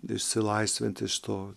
išsilaisvinti iš to